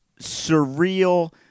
surreal